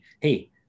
Hey